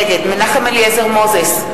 נגד מנחם אליעזר מוזס,